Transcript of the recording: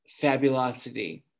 fabulosity